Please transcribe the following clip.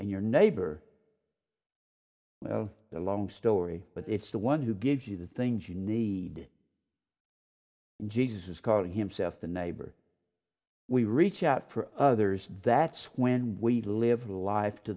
and your neighbor the long story but it's the one who gives you the things you need jesus call himself the neighbor we reach out for others that's when we live life to